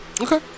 Okay